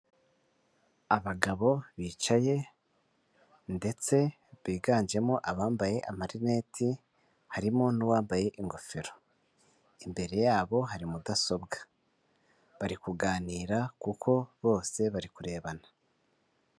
Abagabo bicaye, ndetse biganjemo abambaye amarineti, harimo n'uwambaye ingofero. Imbere yabo hari mudasobwa. Bari kuganira, kuko bose bari kurebana.